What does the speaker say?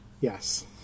Yes